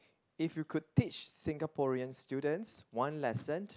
if you could teach Singaporeans students one lesson